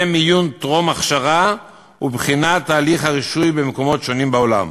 מיון טרום-הכשרה ובחינת תהליך הרישוי במקומות שונים בעולם.